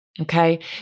Okay